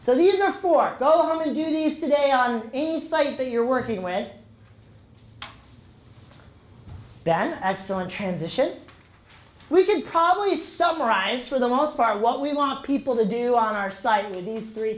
so these are for go home and do these today on any site that you're working with ben excellent transition we could probably summarize for the most part what we want people to do on our site with these three